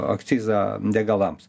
akcizą degalams